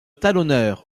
talonneur